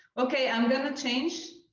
okay. i'm gonna change